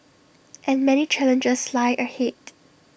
and many challenges lie ahead